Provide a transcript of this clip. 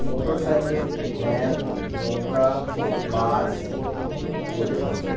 motorcycle van নৌকা bus উড়োজাহাজ